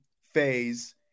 phase